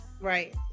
Right